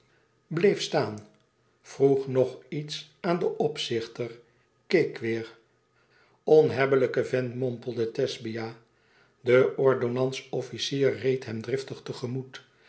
bleef staan vroeg nog iets aan den opzichter keek weêr onhebbelijke vent mompelde thesbia de ordonnans-officier reed hem driftig